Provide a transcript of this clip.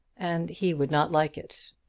and he would not like it.